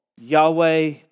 Yahweh